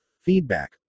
Feedback